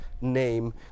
name